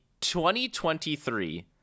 2023